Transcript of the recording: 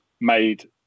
made